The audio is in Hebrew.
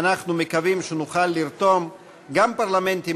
אנחנו מקווים שנוכל לרתום גם פרלמנטים